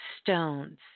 stones